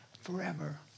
forever